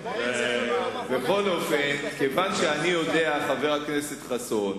בכל אופן, כיוון שאני יודע, חבר הכנסת חסון,